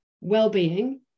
well-being